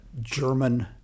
German